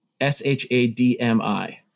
S-H-A-D-M-I